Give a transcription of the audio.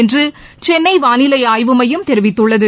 என்று சென்னை வானிலை ஆய்வு மையம் தெரிவித்துள்ளது